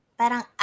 parang